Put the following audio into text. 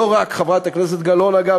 לא רק חברת הכנסת גלאון, אגב.